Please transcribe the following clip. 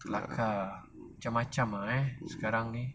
macam-macam ah eh sekarang ni